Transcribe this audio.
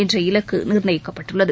என்ற இலக்கு நிர்ணயிக்கப்பட்டுள்ளது